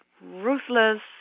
ruthless